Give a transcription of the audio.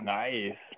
nice